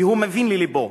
והוא מבין ללבו.